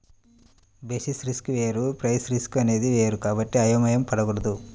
basis risk వేరు price risk అనేది వేరు కాబట్టి అయోమయం పడకూడదు